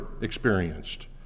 experienced